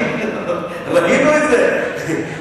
ראינו את זה,